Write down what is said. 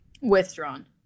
Withdrawn